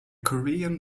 korean